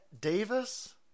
Davis